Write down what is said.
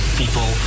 people